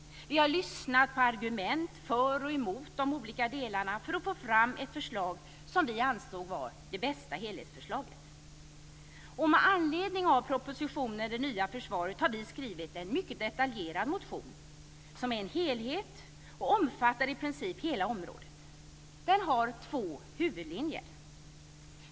Vi har också lyssnat på argument för och emot i de olika delarna för att få fram det som vi ansåg vara det bästa helhetsförslaget. Med anledning av propositionen Det nya försvaret har vi skrivit en mycket detaljerad motion som är en helhet och omfattar i princip hela området. Den har två huvudlinjer.